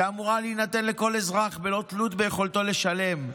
שאמורה להינתן לכל אזרח בלא תלות ביכולתו לשלם.